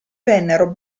vennero